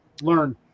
learn